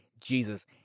Jesus